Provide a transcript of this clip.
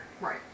Right